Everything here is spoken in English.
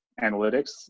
analytics